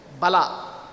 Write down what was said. Bala